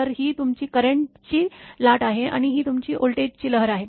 तर ही तुमची करेंट ची लाट आहे आणि ही तुमची व्होल्टेज लहर आहे